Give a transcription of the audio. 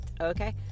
Okay